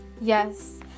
Yes